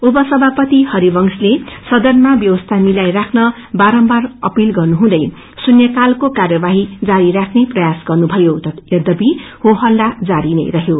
उपसभापति हरिवंशले सदनामा व्यवस्था मिलाई राख्न बारम्बार अपील गर्नुहुँदै शुन्याकालको कार्यवाही जारी राख्ने प्रयास गर्नुभयो यद्यपि होहल्ला हारी नै रहयो